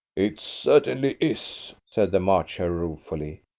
it certainly is, said the march hare ruefully.